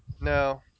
No